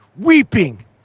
weeping